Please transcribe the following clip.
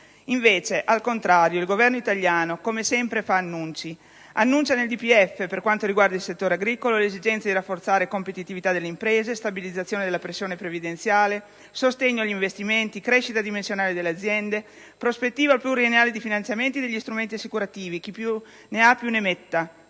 futuro. Al contrario, il Governo italiano, come sempre, fa annunci. Annuncia nel DPEF l'esigenza, per quanto riguarda il settore agricolo, di rafforzare la competitività delle imprese, la stabilizzazione della pressione previdenziale, il sostegno agli investimenti, la crescita dimensionale delle aziende, una prospettiva pluriennale di finanziamenti e degli strumenti assicurativi. Chi più ne ha più ne metta.